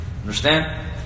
Understand